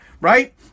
right